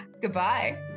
Goodbye